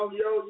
yo